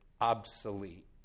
obsolete